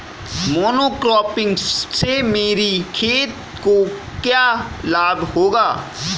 Monocropping से मेरी खेत को क्या लाभ होगा?